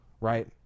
right